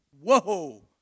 Whoa